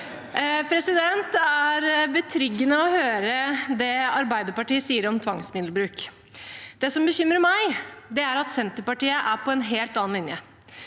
igjen. Det er betryggende å høre det Arbeiderpartiet sier om tvangsmiddelbruk. Det som bekymrer meg, er at Senterpartiet er på en helt annen linje,